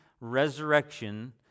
resurrection